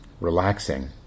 relaxing